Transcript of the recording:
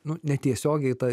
nu netiesiogiai ta